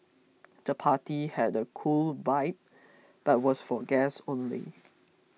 the party had a cool vibe but was for guests only